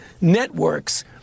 networks